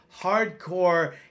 hardcore